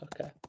Okay